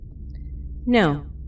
No